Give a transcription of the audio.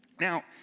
Now